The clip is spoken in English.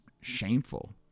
shameful